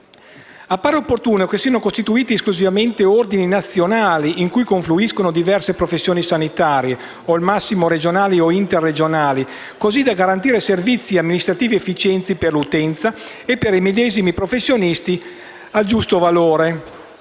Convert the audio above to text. Appare opportuno che siano costituiti esclusivamente ordini nazionali in cui confluiscano diverse professioni sanitarie, o al massimo regionali e interregionali, così da garantire servizi amministrativi efficienti per l'utenza e per i medesimi professionisti. Appare altresì